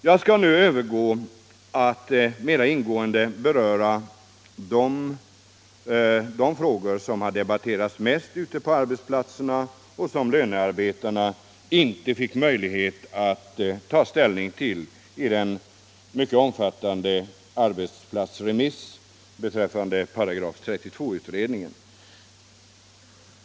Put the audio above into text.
Jag skall nu övergå till att mera ingående beröra de frågor som har debatterats mest ute på arbetsplatserna och som lönarbetarna inte fick möjlighet att ta ställning till i den mycket omfattande arbetsplatsremissen beträffande § 32-utredningen.